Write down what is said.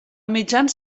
mitjans